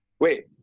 Wait